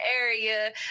area